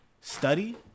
study